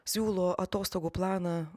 siūlo atostogų planą